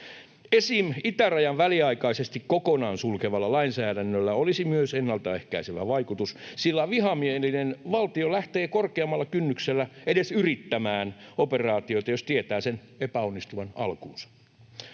Esim. itärajan väliaikaisesti kokonaan sulkevalla lainsäädännöllä olisi myös ennaltaehkäisevä vaikutus, sillä vihamielinen valtio lähtee korkeammalla kynnyksellä edes yrittämään operaatiota, jos tietää sen epäonnistuvan alkuunsa.